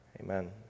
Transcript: Amen